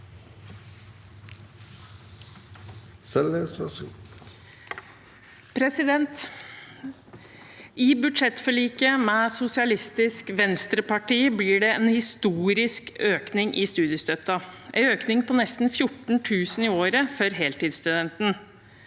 I budsjettforliket med Sosialistisk Venstreparti blir det en historisk økning i studiestøtten, en økning på nesten 14 000 kr i året for heltidsstudenten.